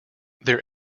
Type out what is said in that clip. their